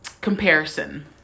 comparison